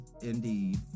indeed